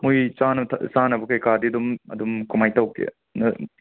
ꯃꯣꯏꯒꯤ ꯆꯥꯅ ꯆꯥꯅꯕ ꯀꯩꯀꯥꯗꯤ ꯑꯗꯨꯝ ꯑꯗꯨꯝ ꯀꯃꯥꯏꯅ ꯇꯧꯒꯦ